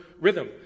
rhythm